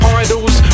idols